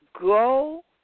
go